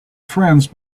friends